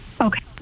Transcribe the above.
Okay